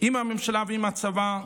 עם הממשלה ועם הצבא,